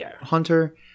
hunter